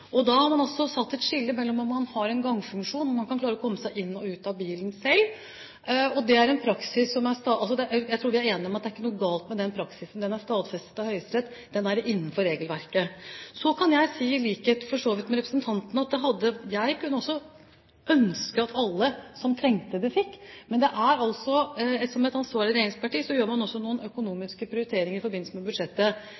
Da har man satt et skille ved om man har gangfunksjon, om man kan klare å komme seg ut og inn av bilen selv. Jeg tror vi er enige om at det ikke er noe galt med den praksisen. Den er stadfestet av Høyesterett, den er innenfor regelverket. Så kan jeg, i likhet med representanten, si at jeg kunne også ønske at alle som trengte det, fikk. Men som et ansvarlig regjeringsparti gjør man også noen